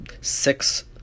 six